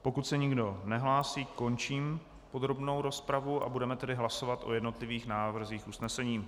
Pokud se nikdo nehlásí, končím podrobnou rozpravu a budeme tedy hlasovat o jednotlivých návrzích usnesení.